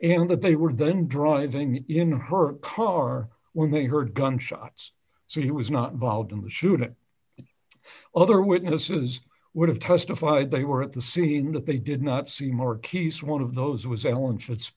in that they were then driving in her car when they heard gunshots so he was not involved in the shooting other witnesses would have testified they were at the scene that they did not see more keys one of those was alan fit